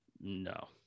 no